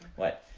what?